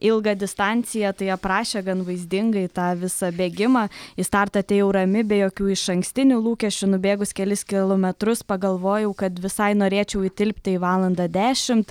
ilgą distanciją tai aprašė gan vaizdingai tą visą bėgimą į startą atėjau rami be jokių išankstinių lūkesčių nubėgus kelis kilometrus pagalvojau kad visai norėčiau įtilpti į valandą dešimt